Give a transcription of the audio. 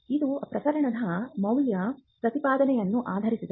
ಇದು ಪ್ರಸರಣದ ಮೌಲ್ಯ ಪ್ರತಿಪಾದನೆಯನ್ನು ಆಧರಿಸಿದೆ